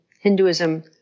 Hinduism